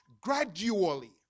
gradually